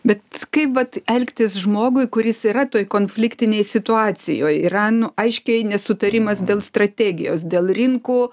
bet kaip vat elgtis žmogui kuris yra toj konfliktinėj situacijoje ran aiškiai nesutarimas dėl strategijos dėl rinkų